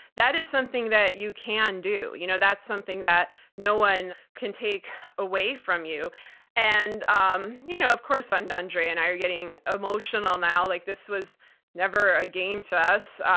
that is something that you can do. you know that's something that no one can take away from you and um you know of course ah and andrea and i are getting emotional now. like this was never a game to us.